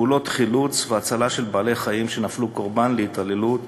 פעולות חילוץ והצלה של בעלי-חיים שנפלו קורבן להתעללות